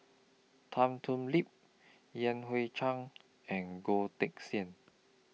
Tan Thoon Lip Yan Hui Chang and Goh Teck Sian